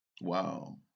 Wow